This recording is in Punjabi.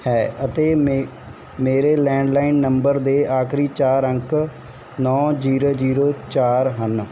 ਹੈ ਅਤੇ ਮੇ ਮੇਰੇ ਲੈਂਡਲਾਈਨ ਨੰਬਰ ਦੇ ਆਖਰੀ ਚਾਰ ਅੰਕ ਨੌਂ ਜ਼ੀਰੋ ਜ਼ੀਰੋ ਚਾਰ ਹਨ